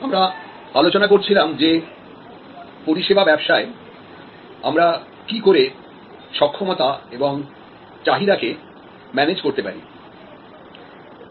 আমরা আলোচনা করছিলাম যে সার্ভিস বিজনেস এ আমরা কি করে সক্ষমতা এবং চাহিদাকে ম্যানেজ করতে পারি